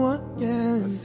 again